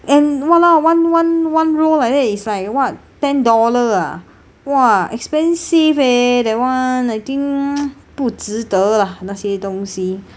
and !walao! one one one row like that is like what ten dollar ah !wah! expensive eh that one I think 不值得 lah 那些东西